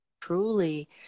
truly